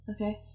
okay